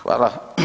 Hvala.